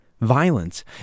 violence